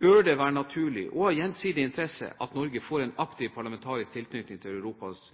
bør det være naturlig og av gjensidig interesse at Norge får en aktiv parlamentarisk tilknytning til Europas